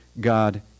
God